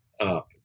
up